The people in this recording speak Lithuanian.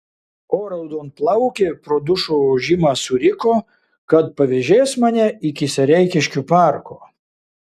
o raudonplaukė pro dušo ūžimą suriko kad pavėžės mane iki sereikiškių parko